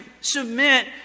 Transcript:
submit